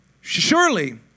Surely